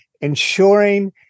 ensuring